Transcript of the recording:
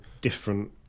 different